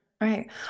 Right